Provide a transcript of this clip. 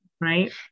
right